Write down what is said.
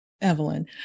Evelyn